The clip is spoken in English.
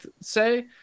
say